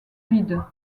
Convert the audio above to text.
vide